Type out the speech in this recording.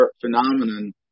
phenomenon